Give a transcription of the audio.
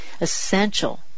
essential